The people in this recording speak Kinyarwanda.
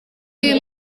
y’uyu